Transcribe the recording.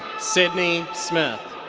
sidney smith.